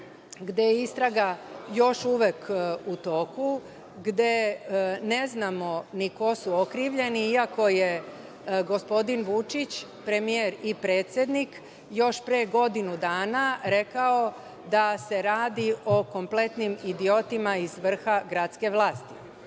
gde je istraga još uvek u toku, gde ne znamo ni ko su okrivljeni, iako je gospodin Vučić, premijer i predsednik, još pre godinu dana, rekao da se radi o kompletnim idiotima iz vrha gradske